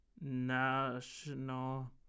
National